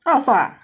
out of stock ah